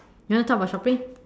you want talk about shopping